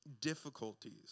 difficulties